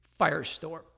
firestorm